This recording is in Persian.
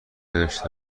برگشته